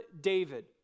David